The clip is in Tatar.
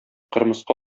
кырмыска